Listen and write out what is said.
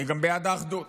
אני גם בעד האחדות.